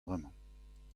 bremañ